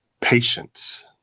patience